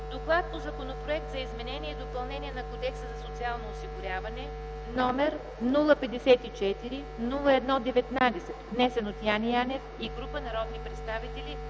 ДОКЛАД по Законопроект за изменение и допълнение на Кодекса за социално осигуряване, № 054-01-19, внесен от Яне Янев и група народни представители